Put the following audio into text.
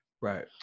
Right